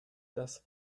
das